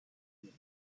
werk